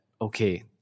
okay